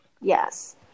Yes